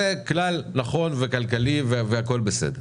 זה כלל נכון וכלכלי והכול בסדר.